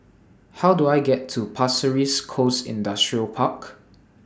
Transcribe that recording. How Do I get to Pasir Ris Coast Industrial Park